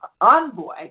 envoy